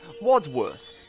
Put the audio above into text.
Wadsworth